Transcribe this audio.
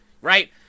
right